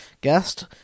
guest